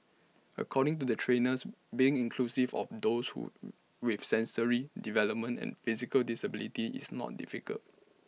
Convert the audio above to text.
according to the trainers being inclusive of those would with sensory developmental and physical disabilities is not difficult